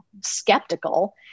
skeptical